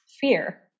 fear